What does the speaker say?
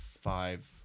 five